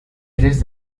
tres